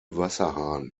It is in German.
wasserhahn